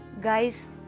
Guys